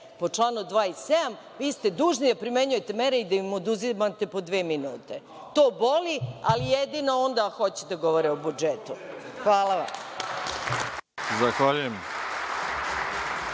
po članu 27, vi ste dužni da primenjujete mere i da im oduzimate po dve minute. To boli, ali jedino onda hoće da govore o budžetu. Hvala vam.